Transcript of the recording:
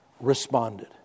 responded